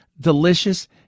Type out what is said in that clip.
delicious